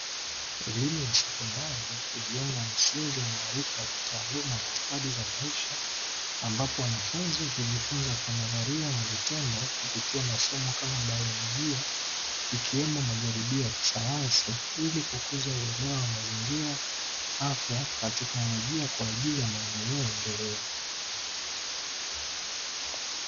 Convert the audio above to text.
Elimu ya sekondari hujenga msingi wa kitaaluma wa maarifa na stadi za maisha ambapo wanafunzi hujifunza kwa nadaharia na vitendo kupitia masomo kama baiolojia ikiwemo majaribio ya kisayansi ili kukuza uelewa wa mazingira, afya na teknolojia kwa ajili ya maendeleo endelevu.